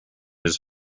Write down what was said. his